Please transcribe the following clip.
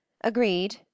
agreed